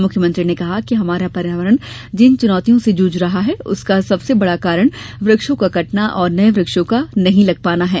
मुख्यमंत्री ने कहा कि हमारा पर्यावरण जिन चुनौतियों से जूझ रहा है उसका सबसे बड़ा कारण वृक्षों का कटना और नए वृक्षों का नहीं लग पाना है